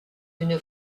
une